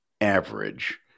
average